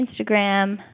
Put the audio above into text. Instagram